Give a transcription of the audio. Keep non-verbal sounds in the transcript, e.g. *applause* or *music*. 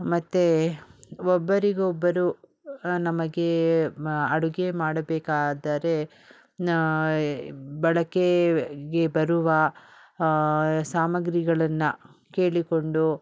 ಮತ್ತು ಒಬ್ಬರಿಗೊಬ್ಬರು ನಮಗೆ ಮಾ ಅಡುಗೆ ಮಾಡಬೇಕಾದರೆ *unintelligible* ಬಳಕೆಗೆ ಬರುವ ಸಾಮಗ್ರಿಗಳನ್ನು ಕೇಳಿಕೊಂಡು